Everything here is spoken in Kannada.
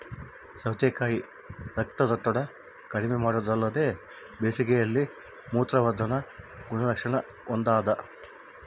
ಸೌತೆಕಾಯಿ ರಕ್ತದೊತ್ತಡ ಕಡಿಮೆಮಾಡೊದಲ್ದೆ ಬೇಸಿಗೆಯಲ್ಲಿ ಮೂತ್ರವರ್ಧಕ ಗುಣಲಕ್ಷಣ ಹೊಂದಾದ